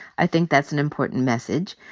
i think that's an important message.